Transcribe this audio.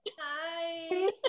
hi